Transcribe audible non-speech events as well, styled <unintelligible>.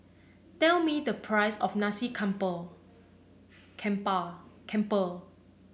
tell me the price of Nasi Campur <unintelligible> campur